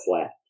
flat